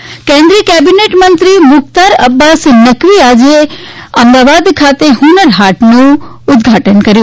હુજ્જર હાટ કેન્દ્રિય કેબીનેટ મંત્રી મુખ્તાર અબ્બાસ નકવી એ આજે અમદાવાદ ખાતે હન્નર હાટનું ઉદઘાટન કર્યું